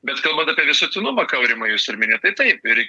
bet kalbant apie visuotinumą ką aurimai jūs ir minėjot tai taip ir